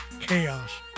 chaos